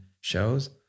shows